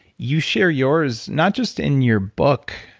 you share yours not just in your book,